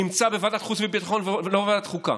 נמצא בוועדת חוץ וביטחון ולא בוועדת חוקה.